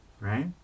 right